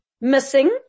missing